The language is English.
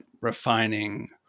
refining